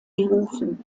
berufen